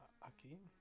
Aquí